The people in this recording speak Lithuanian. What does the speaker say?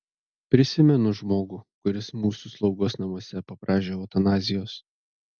prisimenu žmogų kuris mūsų slaugos namuose paprašė eutanazijos